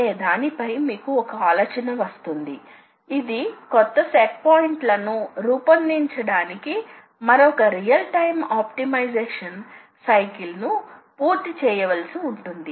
అయితే incremental system లో మీరు దీన్ని ఎల్లప్పుడూ ప్రస్తుత పాయింట్ నుండి ప్రారంభించాలి కాబట్టి ఇక్కడ ప్రస్తుత పాయింట్ 200 గా ఉంటుంది యంత్రానికి తదుపరి సూచన X 300 అవుతుంది వాస్తవానికి ఇది 200 అయి ఉండాలి